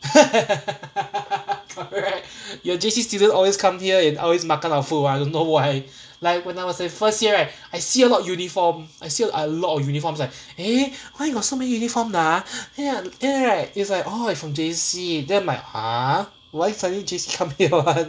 correct your J_C students always come here and always makan our food [one] I don't know why like when I was in first year right I see a lot of uniform I see a lot of uniform like eh why got so many uniform ah there right it was like oh it from J_C then I'm like ah why suddenly J_C come here [one]